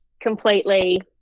completely